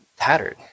tattered